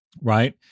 right